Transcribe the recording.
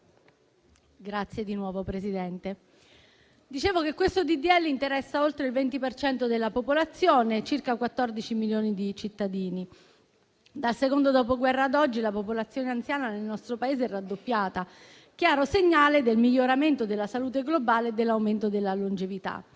ringrazio, signor Presidente. Questo disegno di legge interessa oltre il 20 per cento della popolazione, circa 14 milioni di cittadini. Dal secondo Dopoguerra ad oggi la popolazione anziana nel nostro Paese è raddoppiata, chiaro segnale del miglioramento della salute globale e dell'aumento della longevità.